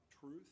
truth